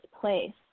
place